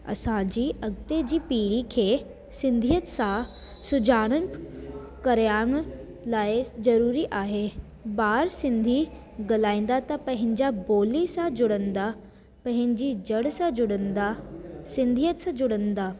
असांजे अॻिते जी पीढ़ीअ खे सिंधीअत सां सुञाणप कराइण लाइ ज़रूरी आहे ॿार सिंधी गल्हाईंदा त पंहिंजा ॿोली सां जुड़ंदा पंहिंजी जड़ सां जुड़ंदा सिंधीअत सां जुड़ंदा